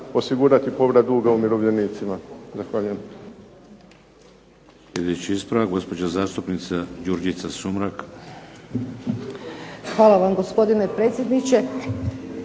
osigurati povrat duga umirovljenicima. Zahvaljujem.